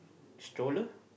stroller